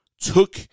took